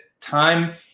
time